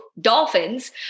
dolphins